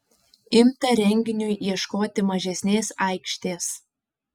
imta renginiui ieškoti mažesnės aikštės